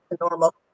normal